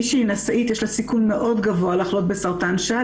מי שהיא נשאית יש לה סיכוי מאוד גבוה לחלות בסרטן השד,